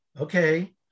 okay